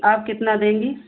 आप कितना देंगी